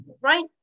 right